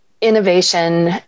innovation